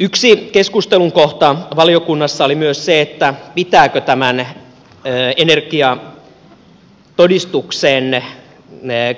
yksi keskustelun kohta valiokunnassa oli myös se pitääkö tämän energiatodistuksen